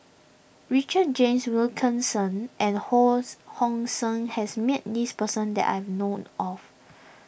Richard James Wilkinson and Hos Hong Sing has met this person that I know of